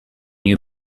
you